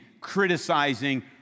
criticizing